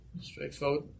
straightforward